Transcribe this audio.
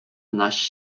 anois